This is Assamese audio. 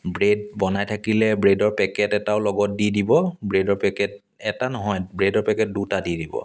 ব্ৰেড বনাই থাকিলে ব্ৰেডৰ পেকেট এটাও লগত দি দিব ব্ৰেডৰ পেকেট এটা নহয় ব্ৰেডৰ পেকেট দুটা দি দিব